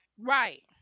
Right